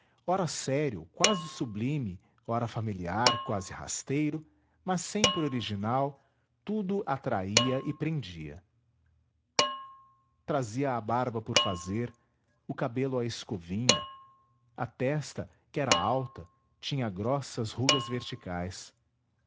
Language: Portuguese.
ora sério quase sublime ora familiar quase rasteiro mas sempre original tudo atraía e prendia trazia a barba por fazer o cabelo à escovinha a testa que era alta tinha grossas rugas verticais